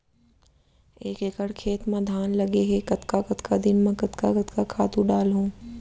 एक एकड़ खेत म धान लगे हे कतका कतका दिन म कतका कतका खातू डालहुँ?